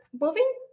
moving